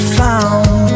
found